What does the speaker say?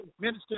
Minister